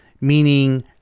meaning